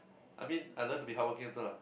I mean I learn to be hardworking also lah